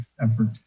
effort